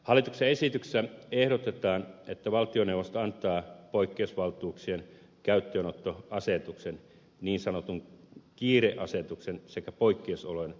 hallituksen esityksessä ehdotetaan että valtioneuvosto antaa poikkeusvaltuuksien käyttöönottoasetuksen niin sanotun kiireasetuksen sekä poikkeusolojen jatkamisasetuksen